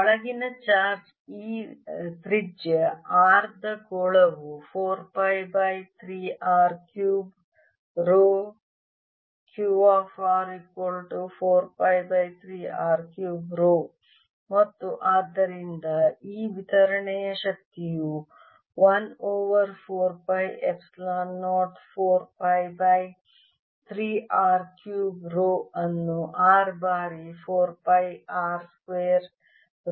ಒಳಗಿನ ಚಾರ್ಜ್ ಈ ತ್ರಿಜ್ಯ r ದ ಗೋಳವು 4 pi by 3 r cube rho ಮತ್ತು ಆದ್ದರಿಂದ ಈ ವಿತರಣೆಯ ಶಕ್ತಿಯು 1 over 4 pi epsilon 0 4 pi by 3 r cube rho ಅನ್ನು r ಬಾರಿ 4 pi r square rho d r